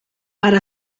para